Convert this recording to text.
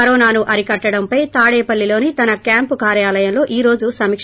కరోనాను అరికట్లడంపై తాడేపల్లిలోని తన క్యాంప్ కార్యాలయంలో ఈ రోజు సమీక